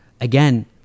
Again